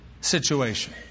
situation